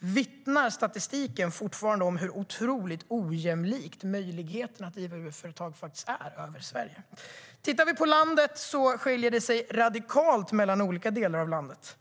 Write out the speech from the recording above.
vittnar statistiken fortfarande om hur otroligt ojämlika möjligheterna att driva UF-företag i Sverige faktiskt är. Tittar vi över landet skiljer det sig radikalt åt mellan olika delar av landet.